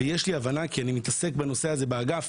ויש לי הבנה כי אני מתעסק בנושא הזה באגף,